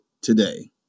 today